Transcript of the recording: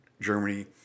Germany